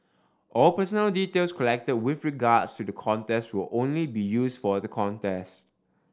all personal details collected with regards to the contest will only be used for the contest